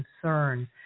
concern